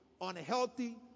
unhealthy